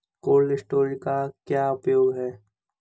Cold storage का क्या उपयोग है?